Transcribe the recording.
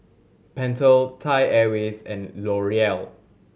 Pentel Thai Airways and L'Oreal